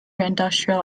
industrial